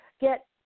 get